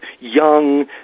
young